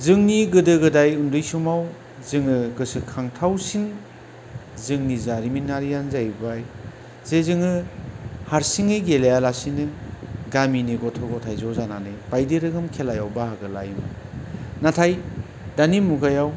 जोंनि गोदो गोदाय उन्दै समाव जोङो गोसोखांथावसिन जोंनि जारिमिनारियानो जाहैबाय जे जोङो हारसिङै गेलेयालासेनो गामिनि गथ' गथाय ज' जानानै बायदि रोखोम खेलायाव बाहागो लायोमोन नाथाय दानि मुगायाव